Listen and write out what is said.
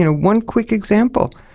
and one quick example,